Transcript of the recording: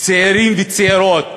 צעירים וצעירות